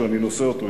שאני נושא אותו אתי,